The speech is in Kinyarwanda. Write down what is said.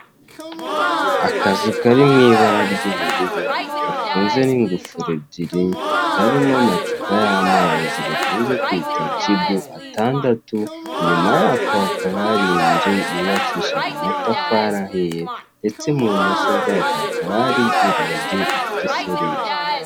Akazu karimo ibara ry'ubururu gafunze n'ingufuri ebyiri, karimo amacupa y'amazi bakunze kwita jibu, atandatu, inyuma yako hakaba hari inzu yubakishije amatafari ahiye, ndetse n'ubumoso bwako hakaba hari urugi rufite iserire.